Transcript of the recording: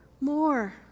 More